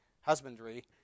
husbandry